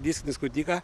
diskinį skutiką